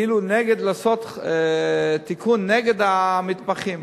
כאילו לעשות תיקון נגד המתמחים.